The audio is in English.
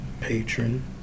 patron